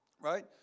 right